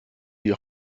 die